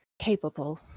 Capable